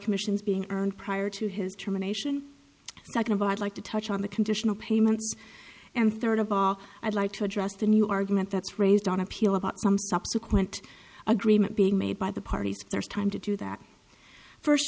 work missions being earned prior to his termination second of all i'd like to touch on the conditional payments and third of all i'd like to address the new argument that's raised on appeal about some subsequent agreement being made by the parties there is time to do that first